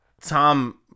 Tom